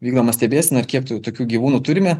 vykdoma stebėsena kiek tokių gyvūnų turime